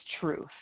truth